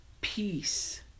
peace